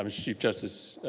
and chief justice,